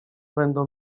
będą